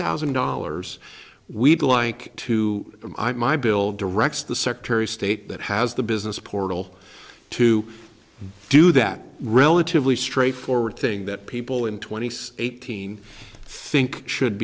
thousand dollars we'd like to my bill directs the secretary of state that has the business portal to do that relatively straightforward thing that people in twenty six eighteen think should